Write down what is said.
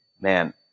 man